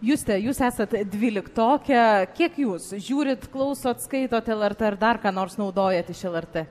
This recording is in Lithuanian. juste jūs esat dvyliktokė kiek jūs žiūrit klausot skaitot lrt ar dar ką nors naudojat iš lrt